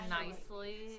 nicely